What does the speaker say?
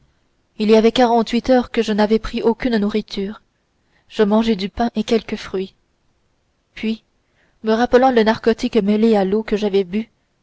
il y avait quarante-huit heures que je n'avais pris aucune nourriture je mangeai du pain et quelques fruits puis me rappelant le narcotique mêlé à l'eau que j'avais bue